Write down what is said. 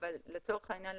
לצורך העניין,